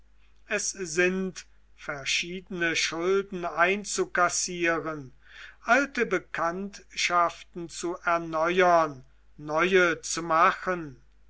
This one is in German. es sind verschiedene schulden einzukassieren alte bekanntschaften zu erneuern neue zu machen